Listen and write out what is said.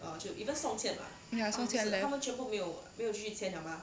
ya song qian left